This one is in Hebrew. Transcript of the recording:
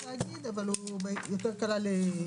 אבל הוא כלל שינויים נוספים.